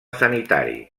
sanitari